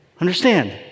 Understand